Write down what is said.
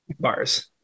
bars